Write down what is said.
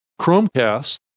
Chromecast